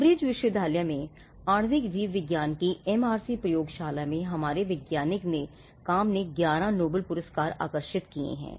Cambridge विश्वविद्यालय में आणविक जीवविज्ञान की MRC प्रयोगशाला में वैज्ञानिक के काम ने 11 नोबेल पुरस्कार आकर्षित किए हैं